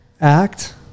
act